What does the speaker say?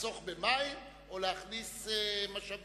לחסוך במים או להכניס משאבים?